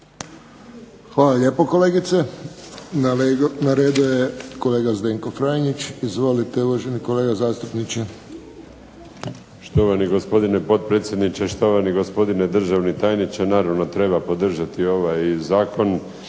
Hvala lijepo kolegice. Na redu je kolega Zdenko Franjić. Izvolite uvaženi kolega zastupniče. **Franić, Zdenko (SDP)** Štovani gospodine potpredsjedniče, štovani gospodine državni tajniče. Naravno, treba podržati ovaj zakon.